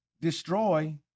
destroy